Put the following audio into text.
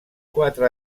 quatre